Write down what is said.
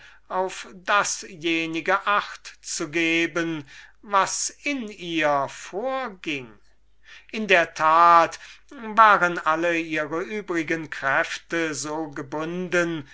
auf dasjenige acht zu geben was in ihr vorging in der tat waren alle ihre übrigen kräfte so gebunden